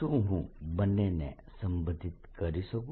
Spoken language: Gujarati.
શું હું બંનેને સંબંધિત કરી શકું